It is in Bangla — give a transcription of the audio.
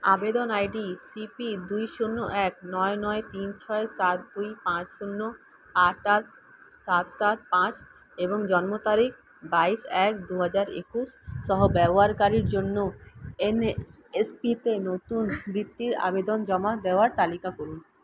আবেদন আই ডি সি পি দুই শূন্য এক নয় নয় তিন ছয় সাত দুই পাঁচ শূন্য আট আট সাত সাত পাঁচ এবং জন্ম তারিখ বাইশ এক দু হাজার একুশ সহ ব্যবহারকারীর জন্য এন এ এস পি তে নতুন বৃত্তির আবেদন জমা দেওয়ার তালিকা করুন